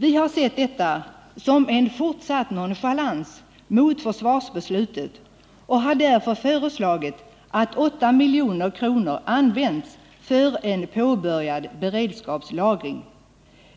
Vi har sett detta som en fortsatt nonchalans mot försvarsbeslutet och har därför föreslagit att 8 milj.kr. skall användas för en påbörjad beredskapslagring.